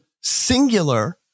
singular